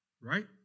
right